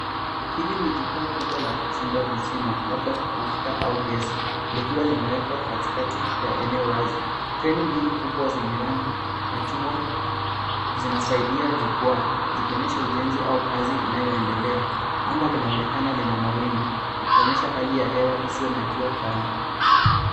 Hili ni jukwaa kubwa la kuchimba visima labda mafuta au gesi likiwa limewekwa katikati ya eneo wazi. Kreni kubwa zenye rangi ya chungwa zinasaidia jukwaa zikionyesha ujenzi au kazi inayoendelea. Anga linaonekana likiwa na mawingu likionyesha hali ya anga isiyo na jua kali.